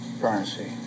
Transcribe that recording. Currency